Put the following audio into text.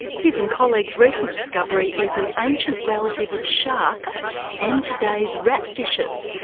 his and colleagues' recent discovery is an ancient relative of sharks and today's rat fishes,